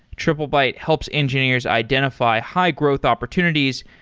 triplebyte helps engineers identify high-growth opportunities,